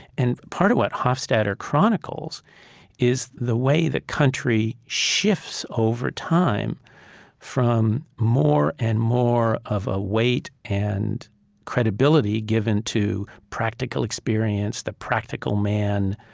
and part of what hofstadter chronicles is the way the country shifts over time from more and more of a weight and credibility given to practical experience, the practical man,